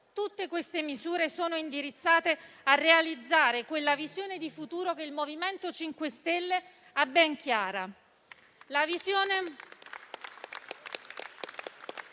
Tutte queste misure sono indirizzate a realizzare quella visione di futuro che il MoVimento 5 Stelle ha ben chiara.